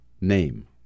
name